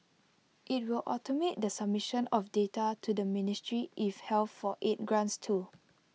IT will automate the submission of data to the ministry if health for aid grants too